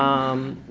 um,